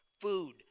Food